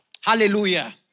Hallelujah